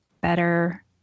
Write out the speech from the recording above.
better